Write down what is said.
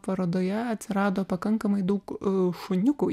parodoje atsirado pakankamai daug šuniukų